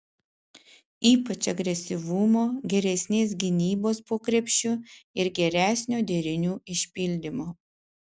ypač agresyvumo geresnės gynybos po krepšiu ir geresnio derinių išpildymo